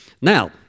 Now